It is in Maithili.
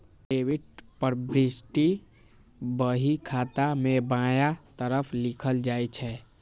डेबिट प्रवृष्टि बही खाता मे बायां तरफ लिखल जाइ छै